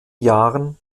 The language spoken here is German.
jahren